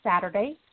Saturday